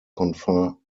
confer